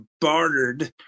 bartered